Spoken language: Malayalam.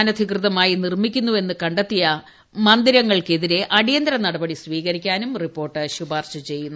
അനധികൃതമായി നിർമ്മിക്കുന്നുവെന്ന് കണ്ടെത്തിയ മന്ദിരങ്ങൾക്കെതിരെ അടിയന്തിര നടപടി സ്വീകരിക്കാനും റിപ്പോർട്ട് ശുപാർശ ചെയ്യുന്നു